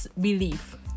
belief